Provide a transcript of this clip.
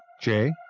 Jay